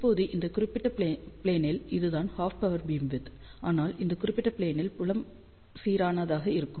இப்போது இந்த குறிப்பிட்ட ப்ளேனில் இது தான் ஹாஃப் பவர் பீம்விட்த் ஆனால் இந்த குறிப்பிட்ட ப்ளேனில் புலம் சீரானதாக இருக்கும்